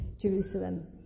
Jerusalem